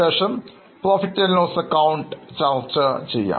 ശേഷം Profit loss ac ചർച്ച ചെയ്യും